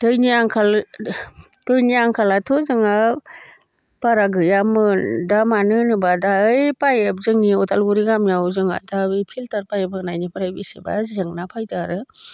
दैनि आंखाल दैनि आंखालाथ' जोङो बारा गैयामोन दा मानो होनोबा दा ओइ पाइप जोंनि उदालगुरि गामियाव जोंहा दा बै फिल्टार पाइप होनायनिफ्राय बेसेबा जेंना फैदो आरो